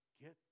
Get